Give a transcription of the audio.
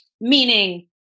Meaning